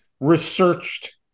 researched